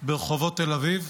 ברחובות תל אביב,